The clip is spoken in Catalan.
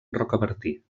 rocabertí